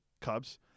Cubs